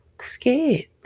scared